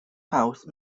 house